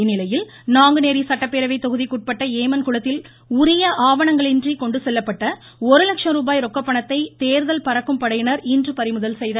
இந்நிலையில் நாங்குநேரி சட்டப்பேரவைத் தொகுதிக்குட்பட்ட ஏமன் குளத்தில் உரிய ஆவணங்களின்றி கொண்டு செல்லப்பட்ட ஒரு லட்சம் ரூபாய் ரொக்கப்பணத்தை தேர்தல் பறக்கும் படையினர் இன்று பறிமுதல் செய்தனர்